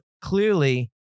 clearly